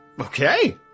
Okay